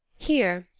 here,